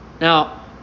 Now